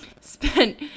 Spent